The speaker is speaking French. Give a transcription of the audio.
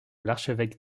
l’archevêque